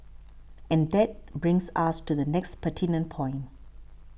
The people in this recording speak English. and that brings us to the next pertinent point